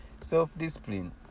self-discipline